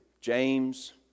James